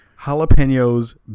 jalapenos